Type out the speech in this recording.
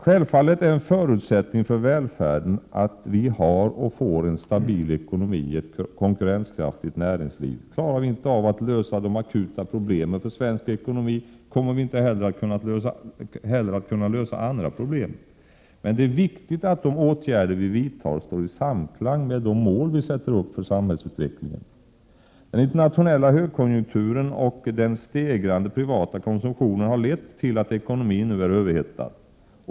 Självfallet är en förutsättning för välfärden att vi har en stabil ekonomi med ett konkurrenskraftigt näringsliv. Klarar vi inte av att lösa de akuta problemen för svensk ekonomi kommer vi inte heller att kunna lösa andra problem. Men det är viktigt att de åtgärder vi vidtar står i samklang med de mål vi sätter upp för samhällsutvecklingen. Den internationella högkonjunkturen och det stegrande privata konsumtionen har lett till att ekonomin nu är överhettad.